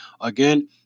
Again